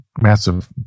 massive